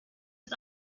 his